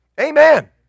Amen